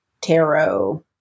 Tarot